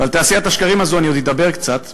ועל תעשיית השקרים הזו אני עוד אדבר קצת בהמשך.